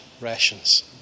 rations